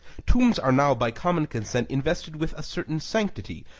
tombs are now by common consent invested with a certain sanctity,